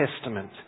Testament